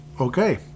okay